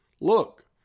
Look